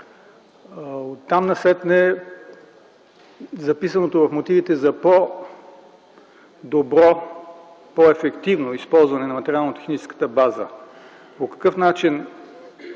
това. Записаното в мотивите „за по-добро, по-ефективно използване на материално-техническата база” – по какъв начин,